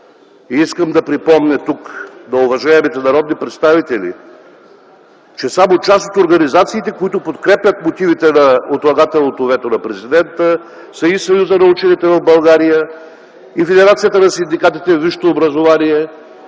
Искам да припомня тук на уважаемите народни представители, че само част от организациите, които подкрепят мотивите на отлагателното вето на президента, са и Съюзът на учените в България, и Федерацията на синдикатите във висшето образование,